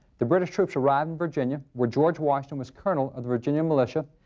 the british troops arrived in virginia where george washington was colonel of the virginia militia,